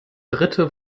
dritte